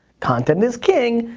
content is king,